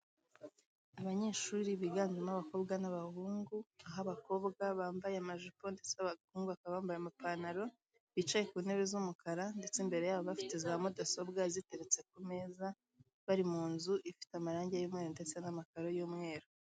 Abanyeshuri biganjemo abakobwa n'abahungu aho abakobwa bambaye amajipo ndetse abahungu bakaba bambaye amapantaro, bicaye ku ntebe z'umukara ndetse imbere yabo bafite za mudasobwa ziteretse ku meza, bari mu nzu ifite amarangi y'umukara ndetse n'amakaro y'umweru.